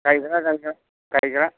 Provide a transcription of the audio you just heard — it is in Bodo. गायग्रा गायग्रा गायग्रा